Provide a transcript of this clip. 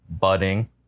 budding